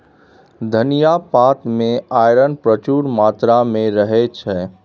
धनियाँ पात मे आइरन प्रचुर मात्रा मे रहय छै